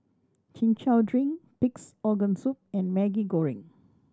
Chin Chow drink Pig's Organ Soup and Maggi Goreng